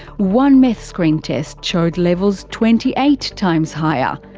one meth screen test showed levels twenty eight times higher.